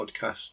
podcast